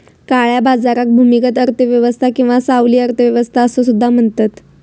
काळ्या बाजाराक भूमिगत अर्थ व्यवस्था किंवा सावली अर्थ व्यवस्था असो सुद्धा म्हणतत